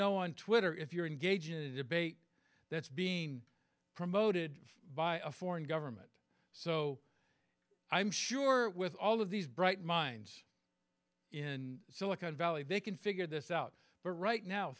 twitter if you're engaging in a debate that's being promoted by a foreign government so i'm sure with all of these bright minds in silicon valley they can figure this out but right now